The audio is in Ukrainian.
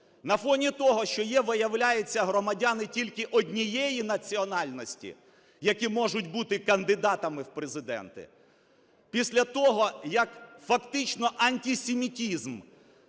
на фоні того, що є, виявляється, громадяни тільки однієї національності, які можуть бути кандидатами в президенти, після того, як фактично антисемітизм